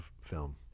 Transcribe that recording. film